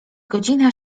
godzina